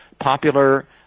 popular